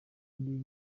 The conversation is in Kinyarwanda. nk’ibi